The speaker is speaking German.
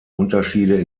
unterschiede